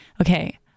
okay